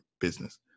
business